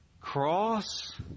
Cross